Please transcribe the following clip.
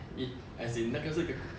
e~ as in 那个是 ke~